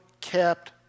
kept